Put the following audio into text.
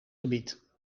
gebied